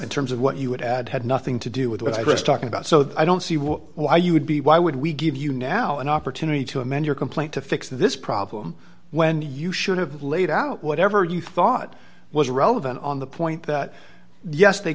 in terms of what you would add had nothing to do with what i was talking about so i don't see why you would be why would we give you now an opportunity to amend your complaint to fix this problem when you should have laid out whatever you thought was relevant on the point that yes they